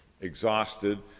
exhausted